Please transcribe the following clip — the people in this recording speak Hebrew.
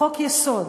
חוק-יסוד,